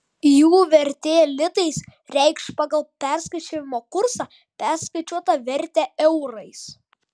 jų vertė litais reikš pagal perskaičiavimo kursą perskaičiuotą vertę eurais